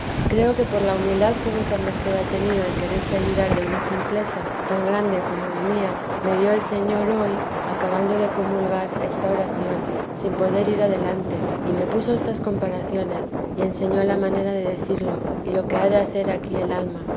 creo que por la humildad que vuesa merced ha tenido en quererse ayudar de una simpleza tan grande como la mía me dio el señor hoy acabando de comulgar esta oración sin poder ir adelante y me puso estas comparaciones y enseñó la manera de decirlo y lo que ha de hacer aquí el alma